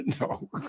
No